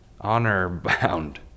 honor-bound